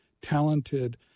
talented